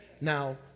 now